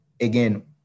again